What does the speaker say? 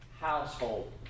household